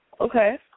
Okay